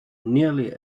nearly